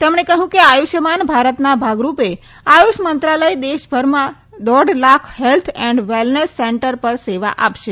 તેમણે કહથું કે આયુષ્માન ભારતના ભાગરૂપે આયુષ મંત્રાલય દેશભરમાં દોઢ lakh health and wellness centres પર સેવા આપશે